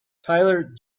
tyler